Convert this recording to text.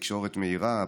תקשורת מהירה,